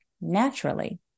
naturally